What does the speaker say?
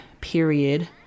period